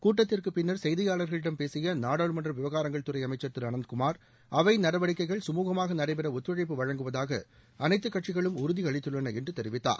கூட்டத்திற்குப்பின்னர் செய்தியாளர்களிடம் பேசிய நாடாளுமன்ற விவகாரங்கள்துறை அமைச்சர் திரு குமார் அவை நடவடிக்கைகள் சுமூகமாக நடைபெற ஒத்துழைப்பு அனந்த் வழங்குவதாக அனைத்துக்கட்சிகளும் உறுதி அளித்துள்ளன என்று தெரிவித்தார்